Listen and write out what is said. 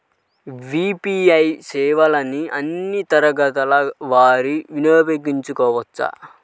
UPI సేవలని అన్నీ తరగతుల వారు వినయోగించుకోవచ్చా?